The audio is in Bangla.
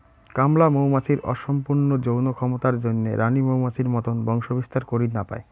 কামলা মৌমাছির অসম্পূর্ণ যৌন ক্ষমতার জইন্যে রাণী মৌমাছির মতন বংশবিস্তার করির না পায়